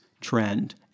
trend